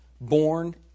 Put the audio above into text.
born